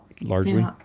largely